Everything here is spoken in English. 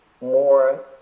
more